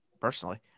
personally